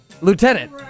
Lieutenant